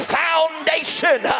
foundation